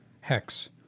hex